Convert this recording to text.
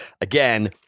again